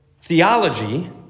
theology